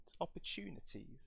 opportunities